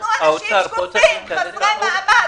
אנחנו אנשים שקופים חסרי מעמד.